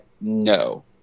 no